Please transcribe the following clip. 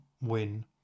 win